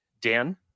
Dan